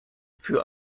für